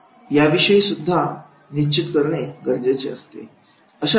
याविषयीसुद्धा निश्चित करणे गरजेचे असते